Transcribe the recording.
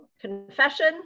confession